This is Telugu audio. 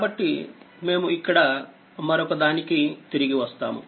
కాబట్టి మేము ఇక్కడ మరొకదానికి తిరిగి వస్తాము